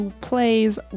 Plays